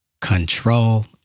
Control